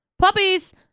Puppies